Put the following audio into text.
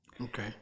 Okay